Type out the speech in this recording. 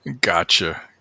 Gotcha